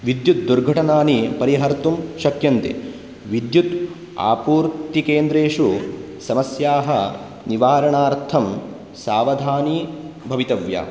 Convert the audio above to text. विद्युत् दुर्घटनानि परिहर्तुं शक्यन्ते विद्युत् आपूर्तिकेन्द्रेषु समस्याः निवारणार्थं सावधानी भवितव्या